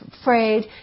afraid